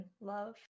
love